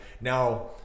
now